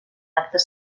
actes